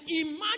imagine